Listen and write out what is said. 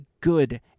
good